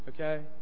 okay